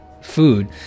food